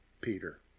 Peter